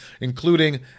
including